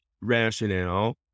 rationale